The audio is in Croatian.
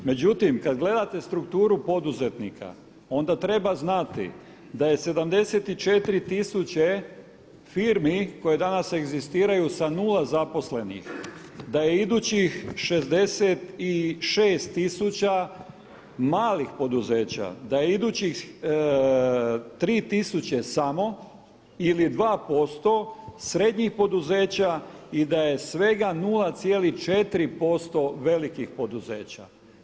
Međutim kada gledate strukturu poduzetnika onda treba znati da je 74 tisuće firmi koje danas egzistiraju sa nula zaposlenih, da je idućih 66 tisuća malih poduzeća, da je idućih 3 tisuće samo ili 2% srednjih poduzeća i da je svega 0,4% velikih poduzeća.